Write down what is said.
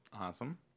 Awesome